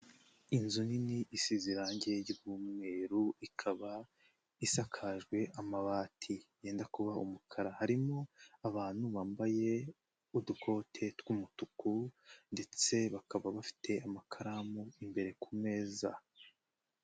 Inzu nini isize irange ry'umweru, ikaba isakajwe amabati yenda kuba umukara. Harimo abantu bambaye udukote tw'umutuku ndetse bakaba bafite amakaramu imbere ku meza.